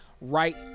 right